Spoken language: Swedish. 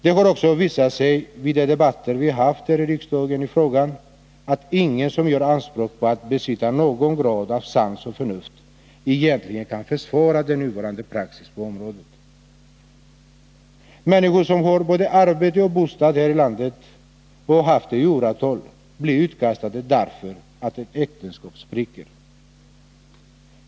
Det har också visat sig vid de debatter vi haft här i riksdagen i frågan att ingen som gör anspråk på att besitta någon grad av sans och förnuft egentligen kan försvara nuvarande praxis på området. Människor som har både arbete och bostad här i landet och har haft det i åratal blir utkastade därför att ett äktenskap spricker.